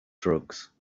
drugs